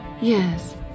Yes